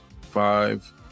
Five